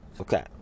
Okay